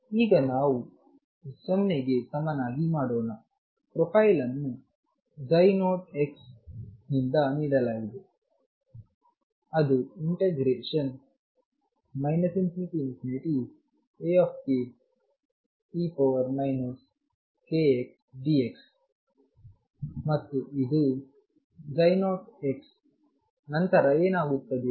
ಈಗ ನಾವು 0 ಗೆ ಸಮನಾಗಿ ಮಾಡೋಣ ಪ್ರೊಫೈಲ್ ಅನ್ನು 0 ನಿಂದ ನೀಡಲಾಗಿದೆ ಅದು ಇಂಟ ಗ್ರೇಶನ್ ∞ Ake ikxdx ಮತ್ತು ಇದು 0 ನಂತರ ಏನಾಗುತ್ತದೆ